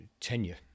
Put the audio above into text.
tenure